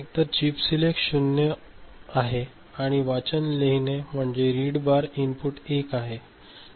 तर chip select 0 आहे आणि वाचन लिहिणे म्हणजे रीड बार इनपुट 1 आहे